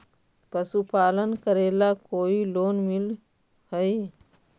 पशुपालन करेला कोई लोन मिल हइ?